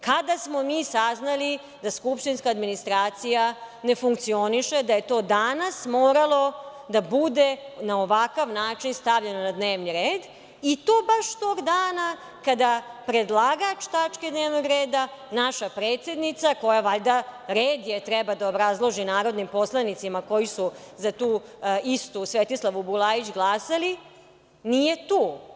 Kada smo saznali da skupštinska administracija ne funkcioniše da je to danas moralo da bude na ovakav način stavljeno na dnevni red i to baš tog dana kada predlagač tačke dnevnog reda, naša predsednica koja valjda, red je, treba da obrazlaže narodnim poslanicima koji su za tu istu Svetislavu Bulajić glasali, nije tu.